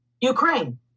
Ukraine